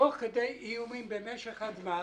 תם כאשר אני כבר אומר לכם